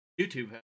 youtube